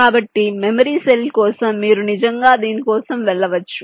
కాబట్టి memory cell కోసం మీరు నిజంగా దీని కోసం వెళ్ళవచ్చు